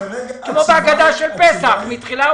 כמו בהגדה של פסח מתחילה,